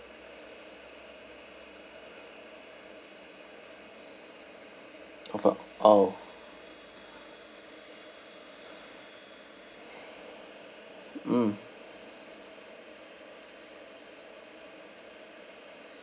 of uh orh mm